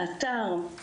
האתר,